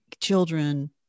children